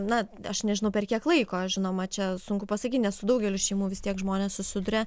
na aš nežinau per kiek laiko žinoma čia sunku pasakyt nes su daugeliu šeimų vis tiek žmonės susiduria